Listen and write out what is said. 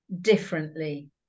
differently